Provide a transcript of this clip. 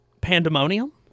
Pandemonium